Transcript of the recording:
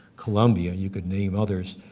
columbia, you can name others,